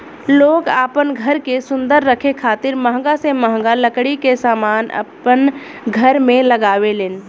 लोग आपन घर के सुंदर रखे खातिर महंगा से महंगा लकड़ी के समान अपन घर में लगावे लेन